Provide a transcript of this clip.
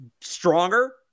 stronger